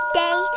day